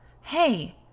Hey